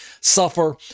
suffer